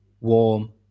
warm